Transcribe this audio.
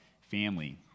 family